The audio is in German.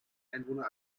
einwohner